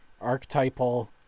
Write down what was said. archetypal